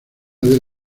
del